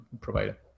provider